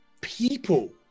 people